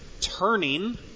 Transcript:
turning